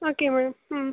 okay ma'am ம்